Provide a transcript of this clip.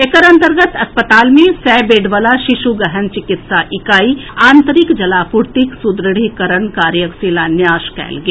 एकर अंतर्गत अस्पताल मे सय बेड वला शिशु गहन चिकित्सा इकाई आ आंतरिक जलापूर्तिक सुदृढ़ीकरण कार्यक शिलान्यास कयल गेल